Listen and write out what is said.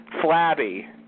Flabby